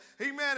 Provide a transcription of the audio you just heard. amen